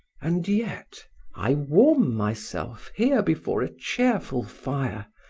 and yet i warm myself, here before a cheerful fire.